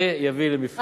זה יביא למפנה.